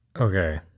Okay